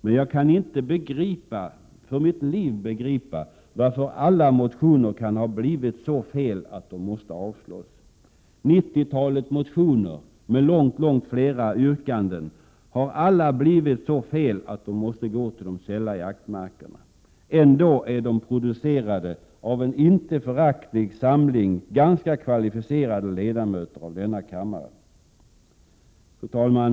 Men jag kan inte för mitt liv begripa hur alla motioner kan ha blivit så fel att de måste avslås. Nittiotalet motioner med långt fler yrkanden har alla blivit så fel att de måste gå till de sälla jaktmarkerna. Ändå är de producerade av en inte föraktlig samling ganska kvalificerade ledamöter av denna kammare. Fru talman!